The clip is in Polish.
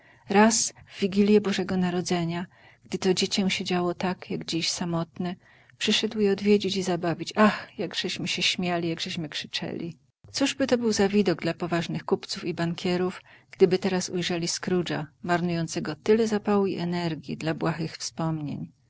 raz w wigilję bożego narodzenia gdy to dziecię siedziało tak jak dziś samotne przyszedł je odwiedzić i zabawić ach jakżeśmy się śmieli jakeśmy krzyczeli cóżby to był za widok dla poważnych kupców i bankierów gdyby teraz ujrzeli scroogea marnującego tyle zapału i energii dla błahych wspomnień